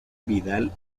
vidal